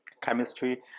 chemistry